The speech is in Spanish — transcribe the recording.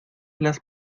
las